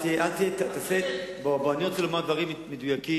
אני רוצה לומר דברים מדויקים,